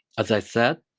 as i said,